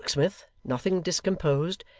the locksmith, nothing discomposed,